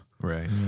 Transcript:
right